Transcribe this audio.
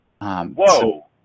Whoa